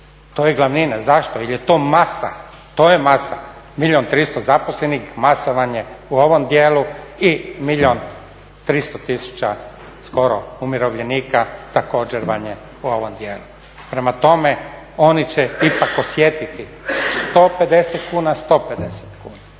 To je ta glavnina, zašto? Jer je to masa, to je masa, milijun i 300 zaposlenih, masovanje u ovog dijelu i milijun 300 tisuća, skoro, umirovljenika također vam je u ovom dijelu. Prema tome, oni će ipak osjetiti 150 kuna, 150 kuna.